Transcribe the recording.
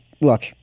Look